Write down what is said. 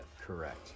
Correct